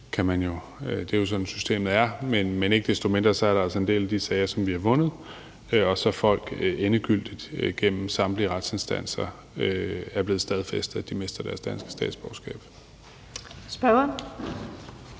det er jo sådan, systemet er. Men ikke desto mindre er der altså en del af de sager, som vi har vundet, og hvor det endegyldigt igennem samtlige retsinstanser er blevet stadfæstet, at de folk mister deres danske statsborgerskab.